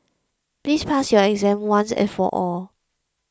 please pass your exam once and for all